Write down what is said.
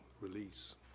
release